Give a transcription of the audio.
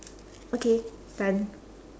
okay done